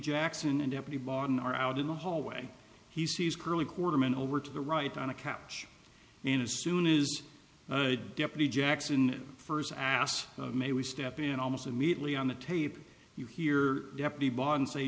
jackson and deputy barton are out in the hallway he sees curly quarterman over to the right on a couch and as soon as deputy jackson first asks may we step in almost immediately on the tape you hear deputy bond say